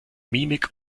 mimik